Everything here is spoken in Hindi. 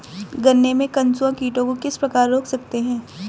गन्ने में कंसुआ कीटों को किस प्रकार रोक सकते हैं?